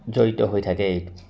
জড়িত হৈ থাকে এই